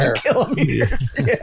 Kilometers